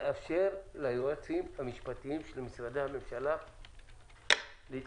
לאפשר ליועצים המשפטיים של משרדי הממשלה להתקדם.